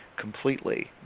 completely